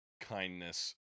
kindness